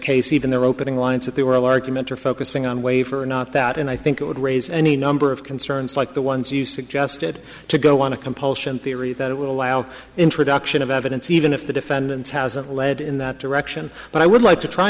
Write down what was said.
case even their opening lines that they were argument are focusing on wafer and not that and i think it would raise any number of concerns like the ones you suggested to go on a compulsion theory that will allow the introduction of evidence even if the defendants hasn't led in that direction but i would like to try